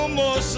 more